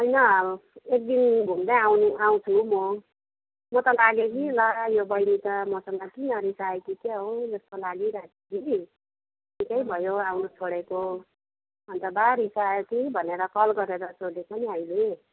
होइन एकदिन घुम्दै आउने आउँछु म म त लाग्यो कि ला यो बहिनी त मसँग किन रिसायो कि क्या हो जस्तो लागिराखेको थियो कि निकै भयो आउनु छोडेको अन्त वा रिसायो कि भनेर कल गरेर सोधेको नि अहिले